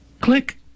Click